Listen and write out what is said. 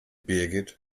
birgit